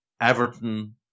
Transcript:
Everton